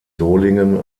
solingen